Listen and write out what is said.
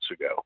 ago